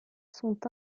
sont